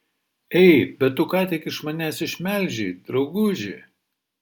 ei bet tu ką tik iš manęs išmelžei drauguži